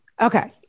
Okay